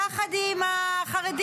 יחד עם החרדים,